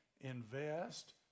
invest